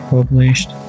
Published